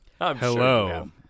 Hello